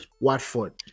Watford